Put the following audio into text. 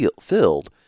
filled